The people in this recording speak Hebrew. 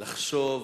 לחשוב,